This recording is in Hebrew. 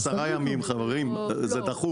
עשרה ימים זה דיי